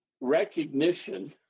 recognition